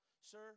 sir